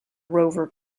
rover